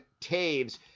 Taves